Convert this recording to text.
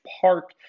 Park